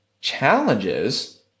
challenges